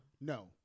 No